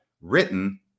written